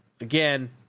again